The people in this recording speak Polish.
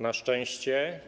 Na szczęście